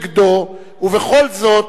בעד, 25, אחד נגד ואין נמנעים.